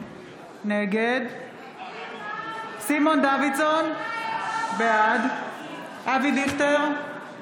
נגד סימון דוידסון, בעד אבי דיכטר,